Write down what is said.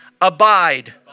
Abide